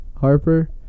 Harper